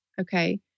Okay